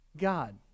God